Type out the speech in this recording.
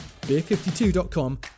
beer52.com